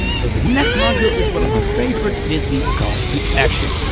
so the next module is one of my favorites, it is the call to action.